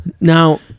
Now